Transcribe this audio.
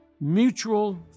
Mutual